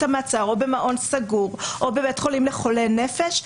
המעצר או במעון סגור או בבית חולים לחולי נפש,